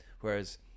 whereas